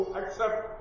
accept